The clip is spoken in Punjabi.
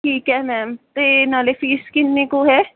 ਠੀਕ ਹੈ ਮੈਮ ਅਤੇ ਨਾਲ ਫੀਸ ਕਿੰਨੀ ਕੁ ਹੈ